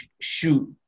shoot